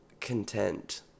content